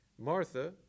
Martha